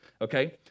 okay